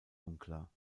unklar